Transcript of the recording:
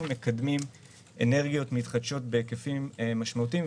מקדמים אנרגיות מתחדשות בהיקפים משמעותיים.